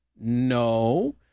No